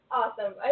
awesome